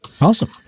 Awesome